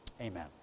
amen